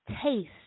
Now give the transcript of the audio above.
taste